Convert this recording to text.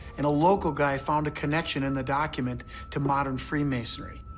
and a local guy found a connection in the document to modern freemasonry.